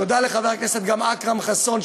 תודה לחבר הכנסת אכרם חסון,